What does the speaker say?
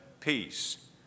peace